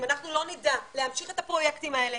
אם אנחנו לא נדע להמשיך את הפרויקטים האלה